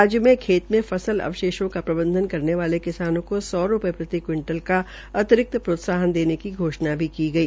राज्य में खेल में फसल अवशेषों केप्रबधन करने वाले किसानों को सौ रूपये प्रति क्विंटल का अतिरिक्त प्रोत्साहन देने की घोषणा भी की गई